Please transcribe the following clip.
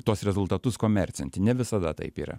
tuos rezultatus komercinti ne visada taip yra